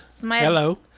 Hello